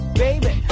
baby